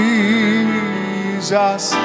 Jesus